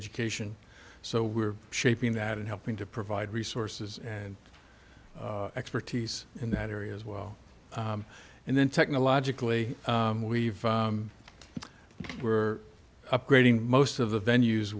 education so we're shaping that and helping to provide resources and expertise in that area as well and then technologically we've we're upgrading most of the venues